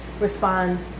responds